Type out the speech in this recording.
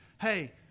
hey